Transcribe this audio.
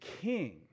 King